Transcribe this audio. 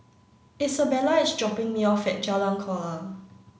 Isabella is dropping me off at Jalan Kuala